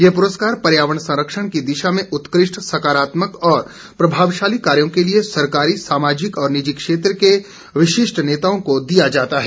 ये पुरस्कार पर्यावरण संरक्षण की दिशा में उत्कृष्ट सकारात्मक और प्रभावशाली कार्यों के लिए सरकारी सामाजिक और निजी क्षेत्र के विशिष्ट नेताओं को दिया जाता है